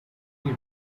area